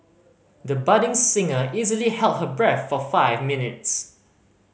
the budding singer easily held her breath for five minutes